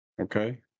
Okay